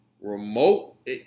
remote